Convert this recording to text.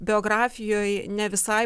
biografijoj ne visai